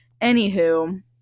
anywho